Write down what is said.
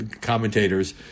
commentators